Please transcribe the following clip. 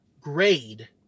grade